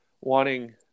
wanting